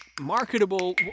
marketable